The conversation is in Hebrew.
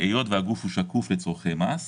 היות שהגוף הוא שקוף לצורכי מס,